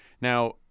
Now